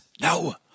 No